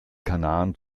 kanaren